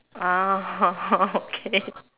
ah okay